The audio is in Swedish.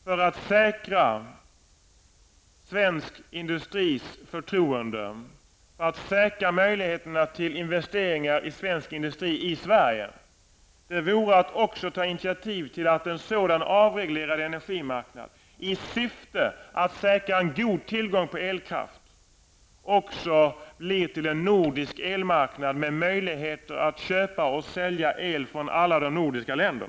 För att säkra svensk industris förtroende och möjligheterna till investeringar i svensk industri i Sverige skulle vi kunna ta initiativ till att en avreglerad energimarknad, i syfte att säkra en god tillgång till elkraft, blir till en nordisk elmarknad där det finns möjligheter att köpa och sälja el från alla nordiska länder.